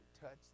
touch